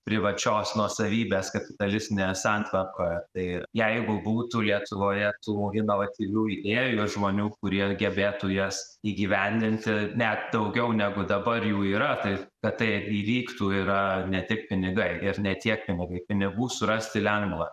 privačios nuosavybės kapitalistinėje santvarkoje tai jeigu būtų lietuvoje tų inovatyvių idėjų žmonių kurie gebėtų jas įgyvendinti net daugiau negu dabar jų yra tai kad tai įvyktų yra ne tik pinigai ir ne tiek pinigai pinigų surasti lengva